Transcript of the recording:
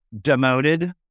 demoted